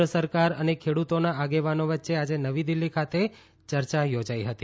કેન્દ્ર સરકાર અને ખેડૂતોના આગેવાનો વચ્ચે આજે નવી દિલ્હી ખાતે યર્યા યોજાઈ હતી